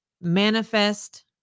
manifest